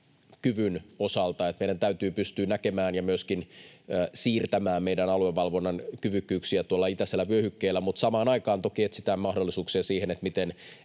osalta. Meidän täytyy pystyä näkemään ja myöskin siirtämään meidän aluevalvonnan kyvykkyyksiä tuolla itäisellä vyöhykkeellä. Mutta samaan aikaan toki etsitään mahdollisuuksia siihen, miten